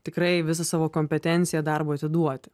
tikrai visą savo kompetenciją darbui atiduoti